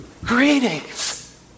Greetings